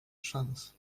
szans